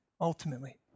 Ultimately